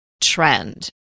trend